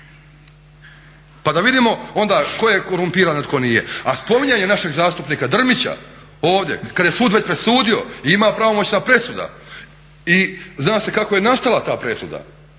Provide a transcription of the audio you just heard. Pa da vidimo onda tko je korumpiran, a tko nije. A spominjanje našeg zastupnika Drmića ovdje kad je sud već presudio i ima pravomoćna presuda i zna se kako je nastala ta presuda